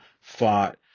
fought